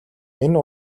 энэ